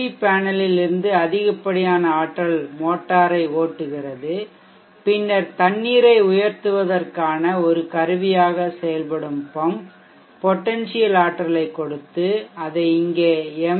we பேனலில் இருந்து அதிகப்படியான ஆற்றல் மோட்டாரை ஓட்டுகிறது பின்னர் தண்ணீரை உயர்த்துவதற்கான ஒரு கருவியாக செயல்படும் பம்ப் பொடென்சியல் ஆற்றலைக் கொடுத்து அதை இங்கே எம்